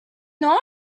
know